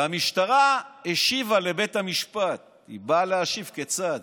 והמשטרה השיבה לבית המשפט, היא באה להשיב כצד.